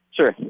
Sure